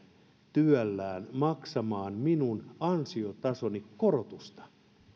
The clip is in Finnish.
työllään maksamaan minun ansiotasoni korotusta